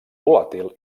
volàtil